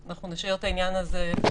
אז אנחנו נשאיר את העניין הזה פתוח.